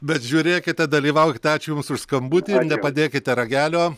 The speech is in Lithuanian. bet žiūrėkite dalyvaukite ačiū jums už skambutį nepadėkite ragelio